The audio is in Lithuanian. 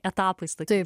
etapais tokiais